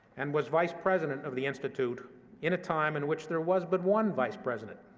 and was vice president of the institute in a time in which there was but one vice president.